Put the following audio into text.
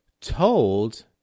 told